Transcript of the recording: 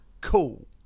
cool